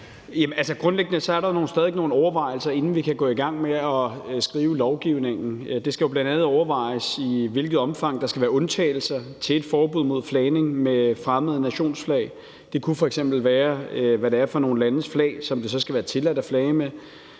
Grundlæggende er der jo stadig væk nogle overvejelser, inden vi kan gå i gang med at skrive lovgivningen. Det skal jo bl.a. overvejes, i hvilket omfang der skal være undtagelser til et forbud mod flagning med fremmede nationers flag. Det kunne f.eks. være, hvad det er for nogle landes flag, det så skal være tilladt at flage med.